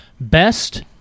Best